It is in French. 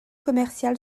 commercial